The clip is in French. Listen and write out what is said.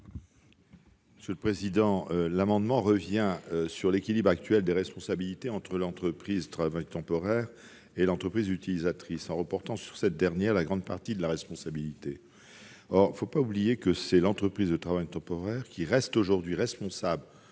commission ? Cet amendement tend à revenir sur l'équilibre actuel des responsabilités entre l'entreprise de travail temporaire et l'entreprise utilisatrice, en reportant sur cette dernière la plus grande partie de la responsabilité. Or il ne faut pas oublier que l'entreprise de travail temporaire demeure aujourd'hui responsable